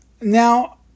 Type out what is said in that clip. Now